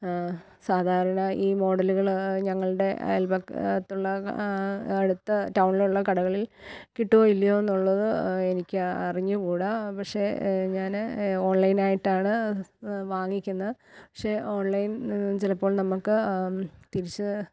സാധാരണ ഈ മോഡലുകള് ഞങ്ങളുടെ അയൽവക്കത്തുള്ള അടുത്ത ടൗണിലുള്ള കടകളിൽ കിട്ടുമോ ഇല്ലയോ എന്നുള്ളത് എനിക്ക് അറിഞ്ഞുകൂടാ പക്ഷെ ഞാന് ഓൺലൈനായിട്ടാണ് വാങ്ങിക്കുന്നത് പക്ഷെ ഓൺലൈൻ ചിലപ്പോള് നമുക്ക് തിരിച്ച്